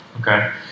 Okay